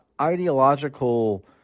Ideological